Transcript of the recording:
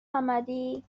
محمدی